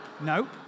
No